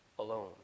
alone